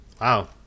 Wow